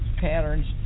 patterns